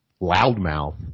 loudmouth